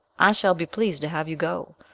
i shall be pleased to have you go,